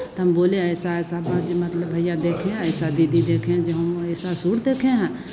तो हम बोले ऐसा ऐसा बात जो मतलब भैया देखें ऐसा दीदी देखें जो हम ऐसा सूट देखे हैं